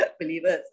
believers